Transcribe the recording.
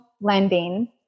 lending